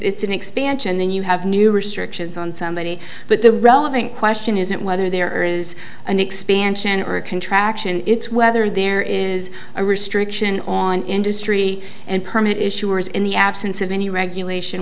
it's an expansion then you have new restrictions on somebody but the relevant question isn't whether there is an expansion or a contraction it's whether there is a restriction on industry and permit issuers in the absence of any regulation